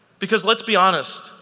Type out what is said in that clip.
because let's be honest,